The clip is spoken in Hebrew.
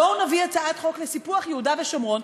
בואו נביא הצעת חוק לסיפוח יהודה ושומרון.